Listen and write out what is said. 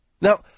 Now